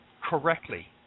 correctly